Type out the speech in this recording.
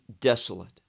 desolate